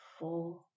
four